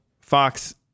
fox